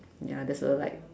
ya there's a like